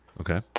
Okay